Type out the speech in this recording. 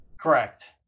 Correct